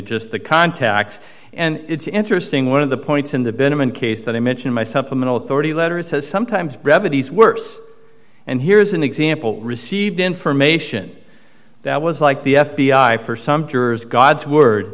just the contacts and it's interesting one of the points in the bynum in case that i mentioned my supplemental authority letter says sometimes brevity is worse and here's an example received information that was like the f b i for some jurors god's word